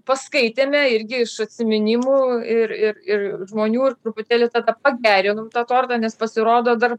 paskaitėme irgi iš atsiminimų ir ir ir žmonių ir truputėlį tada pagerinom tą tortą nes pasirodo dar